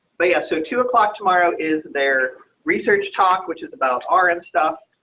but yeah, so two o'clock tomorrow is their research talk, which is about our and stuff.